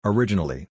Originally